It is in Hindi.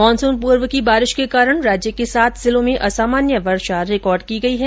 मानसून पूर्व की वर्षा के कारण राज्य के सात जिलों में असामान्य वर्षा रिकार्ड की गई है